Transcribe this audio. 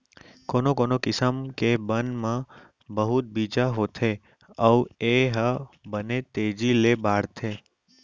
कोनो कोनो किसम के बन म बहुत बीजा होथे अउ ए ह बने तेजी ले बाढ़थे